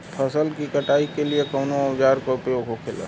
फसल की कटाई के लिए कवने औजार को उपयोग हो खेला?